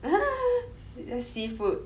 that's seafood